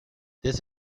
this